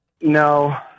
No